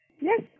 Yes